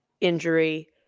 Injury